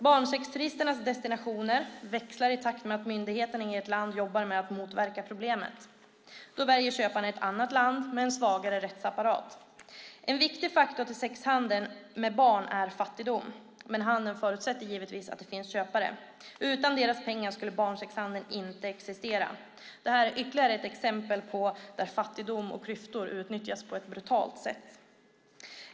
Barnsexturisternas destinationer växlar i takt med att myndigheterna i ett land jobbar med att motverka problemet. Då väljer köparna ett annat land med en svagare rättsapparat. En viktig faktor i sexhandeln med barn är fattigdom, men handeln förutsätter givetvis att det finns köpare. Utan deras pengar skulle barnsexhandeln inte existera. Detta är ytterligare ett exempel på hur fattigdom och klyftor utnyttjas på ett brutalt sätt.